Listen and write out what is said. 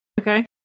Okay